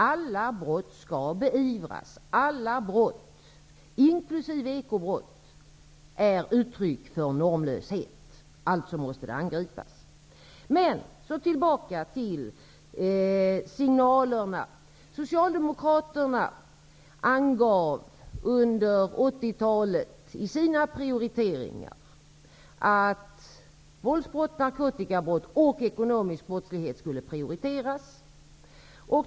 Alla brott skall beivras. Alla brott, inkl. ekobrott, är uttryck för normlöshet, alltså måste de angripas. Låt mig gå tillbaka till detta med signalerna. Socialdemokraterna angav under 80-talet i sina prioriteringar att våldsbrott, narkotikabrott och ekonomisk brottslighet skulle prioriteras.